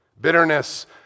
Bitterness